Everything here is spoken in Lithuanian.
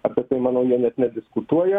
apie tai manau jie net nediskutuoja